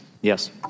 Yes